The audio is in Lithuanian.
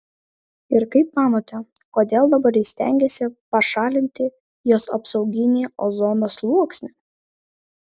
ir kaip manote kodėl dabar jis stengiasi pašalinti jos apsauginį ozono sluoksnį